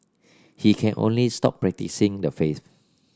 he can only stop practising the faith